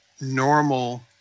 normal